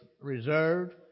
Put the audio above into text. reserved